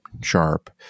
sharp